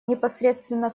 непосредственно